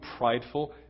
prideful